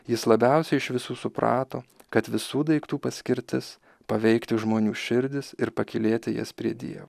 jis labiausiai iš visų suprato kad visų daiktų paskirtis paveikti žmonių širdis ir pakylėti jas prie dievo